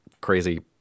crazy